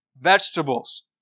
vegetables